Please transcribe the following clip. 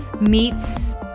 meets